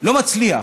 לא מצליח,